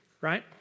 right